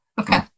okay